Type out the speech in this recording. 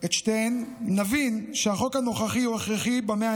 את שתיהן נבין שהחוק הנוכחי הוא הכרחי במאה